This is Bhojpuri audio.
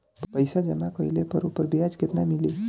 पइसा जमा कइले पर ऊपर ब्याज केतना मिली?